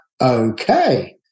okay